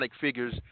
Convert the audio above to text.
figures